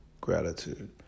gratitude